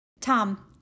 Tom